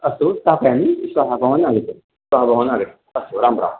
अस्तु स्थापयामि श्वः भवान् आगच्छतु श्वः भवान् आगच्छतु अस्तु राम् राम्